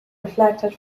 reflected